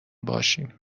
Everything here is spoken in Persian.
باشیم